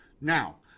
Now